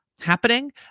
happening